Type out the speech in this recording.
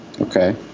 Okay